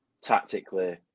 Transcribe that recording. tactically